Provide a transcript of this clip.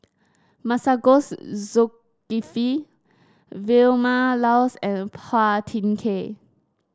Masagos Zulkifli Vilma Laus and Phua Thin Kiay